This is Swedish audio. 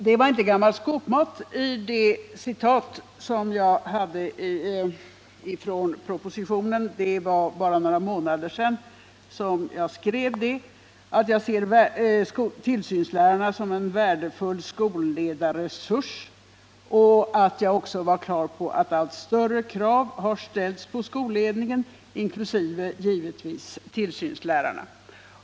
Det var inte gammal skåpmat i det citat som jag gjorde ur propositionen — det är bara några månader sedan jag skrev detta att jag ser tillsynslärarna som en värdefull skolledarresurs och att jag också var klar över att allt större krav har ställts på skolledningen inkl. givetvis tillsynslärarna.